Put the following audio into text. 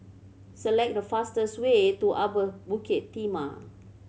select the fastest way to Upper Bukit Timah